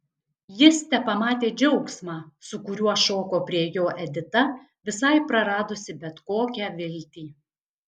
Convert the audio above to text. jis tepamatė džiaugsmą su kuriuo šoko prie jo edita visai praradusi bet kokią viltį